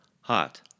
hot